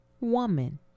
woman